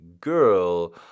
girl